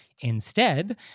Instead